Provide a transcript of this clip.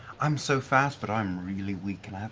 i'm so fast, but i'm really weak. can